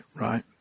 right